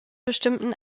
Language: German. bestimmten